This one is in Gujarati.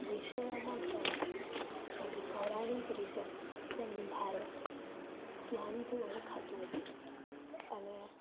વિષયોમાં પહેલાં જેમ પૌરાણિક રીતે જેમ ભારત જ્ઞાનથી ઓળખાતું હતું અને